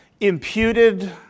imputed